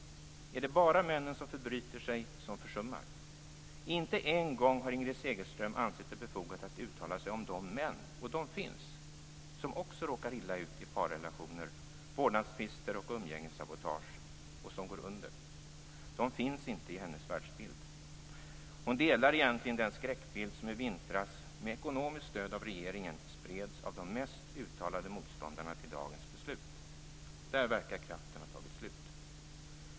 Är det bara männen som förbryter sig och som försummar? Inte en gång har Inger Segelström ansett det befogat att uttala sig om de män - och de finns - som också råkar illa ut i parrelationer, vårdnadstvister och umgängessabotage och som går under. De finns inte i hennes världsbild. Hon delar egentligen den skräckbild som i vintras, med ekonomiskt stöd från regeringen, spreds av de mest uttalade motståndarna till dagens beslut. Där verkar kraften ha tagit slut.